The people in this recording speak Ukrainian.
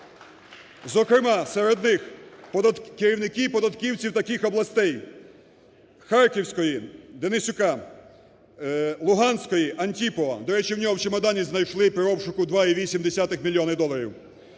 Зокрема, серед них керівники і податківці таких областей: Харківської – Денисюка, Луганської – Антіпова. До речі, у нього в чемодані знайшли при обшуку 2,8 мільйони доларів.